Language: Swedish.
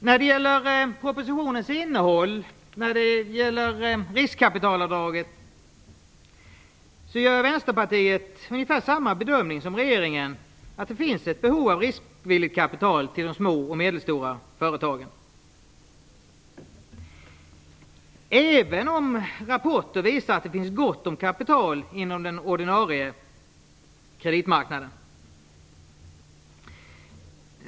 När det gäller propositionens innehåll avseende riskkapitalavdraget gör vi i Vänsterpartiet ungefär samma bedömning som regeringen, nämligen att det finns ett behov av riskvilligt kapital till de små och medelstora företagen, även om rapporter visar att det finns gott om kapital inom den ordinarie kreditmarknaden.